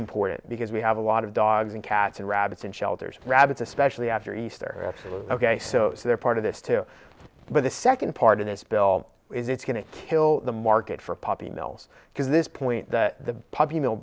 important because we have a lot of dogs and cats and rabbits and shelters rabbits especially after easter ok so they're part of this too but the second part of this bill is it's going to kill the market for poppy mills because this point that the puppy mill